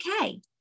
okay